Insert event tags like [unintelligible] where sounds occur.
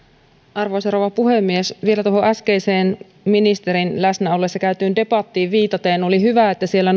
arvoisa rouva puhemies vielä tuohon äskeiseen ministerin läsnä ollessa käytyyn debattiin viitaten oli hyvä että siellä [unintelligible]